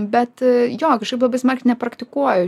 bet jo kažkaip labai smarkiai nepraktikuoju